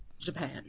Japan